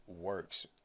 works